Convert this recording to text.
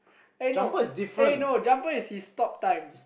eh no eh no Jumper is his talk time